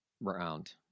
round